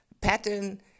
pattern